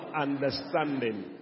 understanding